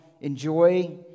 enjoy